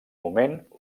moment